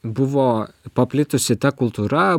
buvo paplitusi ta kultūra